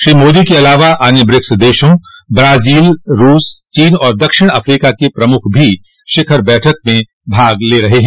श्री मोदी के अलावा अन्य ब्रिक्स देशों ब्राजील रूस चीन और दक्षिण अफ्रीका के प्रमुख भी शिखर बैठक में भाग ले रहे हैं